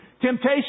Temptation